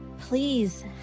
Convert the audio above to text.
Please